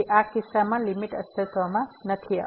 તેથી આ કિસ્સામાં લીમીટ અસ્તિત્વમાં નથી